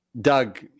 Doug